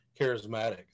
charismatic